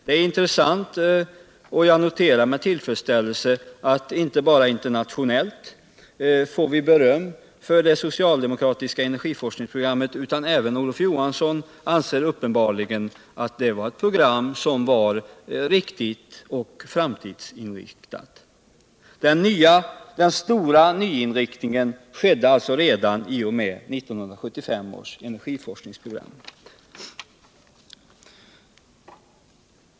Det är intressant, och jag noterar med tillfredsställelse att vi inte bara får beröm internationellt för det socialdemokratiska energiforskningsprogrammet, utan även Olof Johansson anser uppenbarligen att det var ett program som var riktigt och framtidsinriktat. Den stora nyinriktningen skedde alltså redan i och med 1975 års cnergiforskningsprogram.